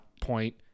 point